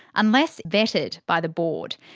unless vetted by the board.